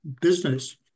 business